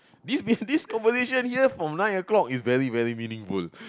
this this conversation from nine o'clock is very vey meaningful